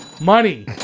money